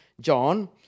John